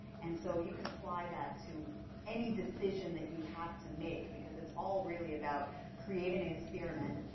and so you can apply that to any decision that you have to make, because it's all really about creating an experiment